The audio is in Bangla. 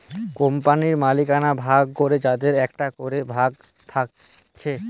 কোম্পানির মালিকানা ভাগ করে যাদের একটা করে ভাগ থাকছে